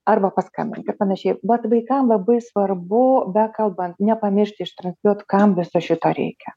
arba paskambink ar panašiai bet vaikam labai svarbu bekalbant nepamiršti ištransliuot kam viso šito reikia